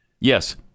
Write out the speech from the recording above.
Yes